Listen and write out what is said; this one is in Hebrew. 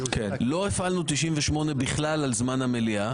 לא הפעלנו בכלל את סעיף 98 על זמן המליאה.